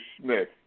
Smith